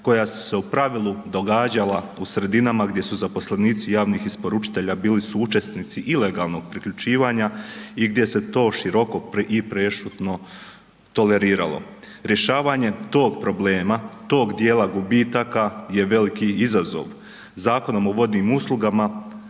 koja su se u pravilu događala u sredinama gdje su zaposlenici javnih isporučitelja bili suučesnici ilegalnog priključivanja i gdje se to široko i prešutno toleriralo. Rješavanje tog problema tog dijela gubitaka je veliki izazov. Zakonom o vodnim uslugama